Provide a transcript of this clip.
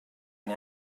and